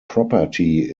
property